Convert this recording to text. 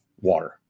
water